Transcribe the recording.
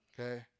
okay